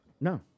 No